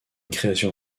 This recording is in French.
création